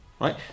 Right